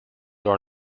are